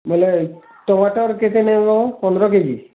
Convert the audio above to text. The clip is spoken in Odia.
ବେଲେ ଟମାଟର୍ କେତେ ନେବ ପନ୍ଦର୍ କେଜି